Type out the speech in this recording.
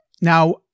Now